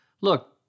Look